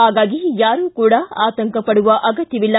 ಹಾಗಾಗಿ ಯಾರೂ ಕೂಡ ಆತಂಕಪಡುವ ಅಗತ್ಯವಿಲ್ಲ